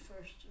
first